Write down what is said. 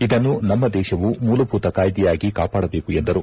ಇದನ್ನು ನಮ್ಮ ದೇಶವು ಮೂಲಭೂತ ಕಾಯ್ದೆಯಾಗಿ ಕಾಪಾಡಬೇಕು ಎಂದರು